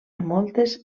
moltes